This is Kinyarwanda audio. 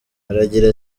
aragira